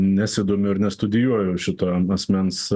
nesidomiu ir nestudijuoju šito asmens